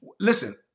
listen